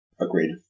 Agreed